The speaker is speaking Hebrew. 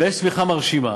ויש צמיחה מרשימה.